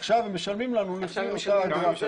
עכשיו הם משלמים לפי אותה אגרה.